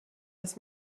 das